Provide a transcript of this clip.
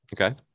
Okay